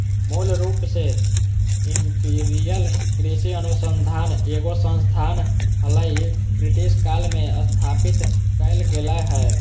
मूल रूप से इंपीरियल कृषि अनुसंधान एगो संस्थान हलई, ब्रिटिश काल मे स्थापित कैल गेलै हल